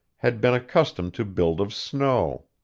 had been accustomed to build of snow.